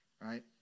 right